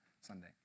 Sunday